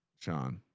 sean.